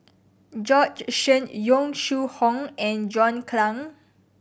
Bjorn Shen Yong Shu Hoong and John Clang